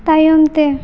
ᱛᱟᱭᱚᱢᱛᱮ